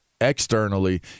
externally